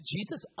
Jesus